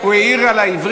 לא, על העברית.